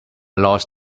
lost